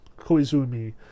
Koizumi